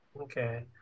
okay